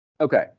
Okay